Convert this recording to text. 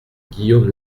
guillaume